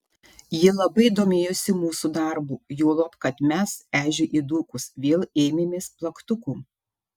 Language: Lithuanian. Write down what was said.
ji labai domėjosi mūsų darbu juolab kad mes ežiui įdūkus vėl ėmėmės plaktukų